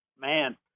man